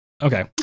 Okay